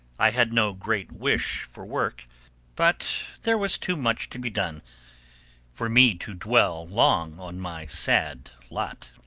i had no great wish for work but there was too much to be done for me to dwell long on my sad lot.